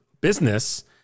business